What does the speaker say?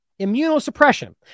Immunosuppression